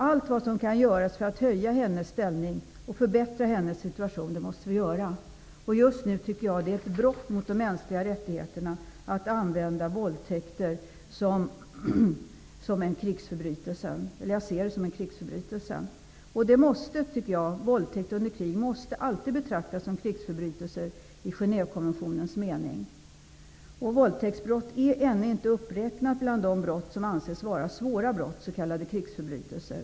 Allt som kan göras för att stärka kvinnans ställning och förbättra hennes situation måste vi göra. Jag ser det som en krigsförbrytelse att man begår våldtäkt som ett brott mot de mänskliga rättigheterna. Våldtäkt under krig måste alltid betraktas som en krigsförbrytelse i Genèvekonventionens mening. Våldtäktsbrott är ännu inte med i uppräkningen över de brott som anses vara svåra brott, s.k. krigsförbrytelser.